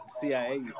CIA